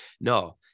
No